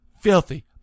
Filthy